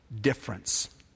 difference